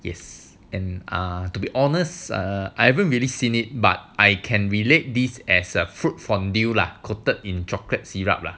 yes and are to be honest err I haven't really seen it but I can relate this as a fruit fondue coated in chocolate syrup lah